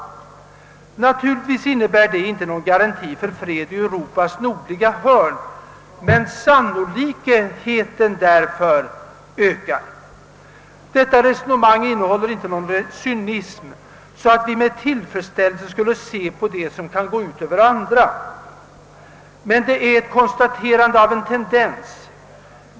Allt detta innebär inte någon garanti för fred i Europas nordliga hörn, men sannolikheten därför ökar. Detta resonemang innehåller inte någon cynism så att vi med tillfredsställelse skulle se på det som kunde gå ut över andra, men det är ett konstaterande av en tendens.